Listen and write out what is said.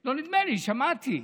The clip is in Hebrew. לא נדמה לי, שמעתי,